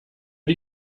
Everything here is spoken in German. die